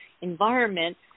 environment